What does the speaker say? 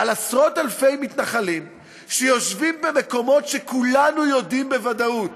על עשרות-אלפי מתנחלים שיושבים במקומות שכולנו יודעים בוודאות